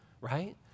Right